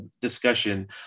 discussion